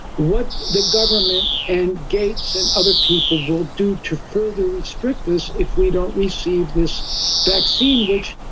what the government and gates and other people will do to further restrict this, if we don't receive this vaccine. which,